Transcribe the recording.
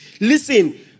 listen